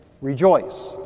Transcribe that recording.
rejoice